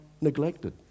neglected